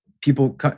people